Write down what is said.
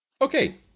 Okay